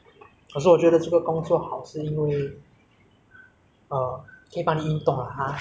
uh 可以帮你运动 lah 也是可以顺便赚钱顺便运动 pause pause